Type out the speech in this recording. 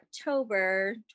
October